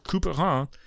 Couperin